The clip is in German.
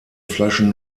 flaschen